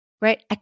right